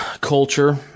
culture